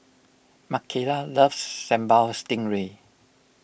Mckayla loves Sambal Stingray